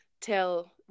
tell